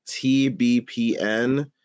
TBPN